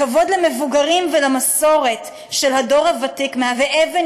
הכבוד למבוגרים ולמסורת של הדור הוותיק מהווה אבן